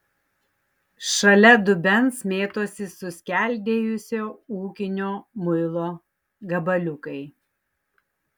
šalia dubens mėtosi suskeldėjusio ūkinio muilo gabaliukai